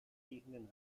riechenden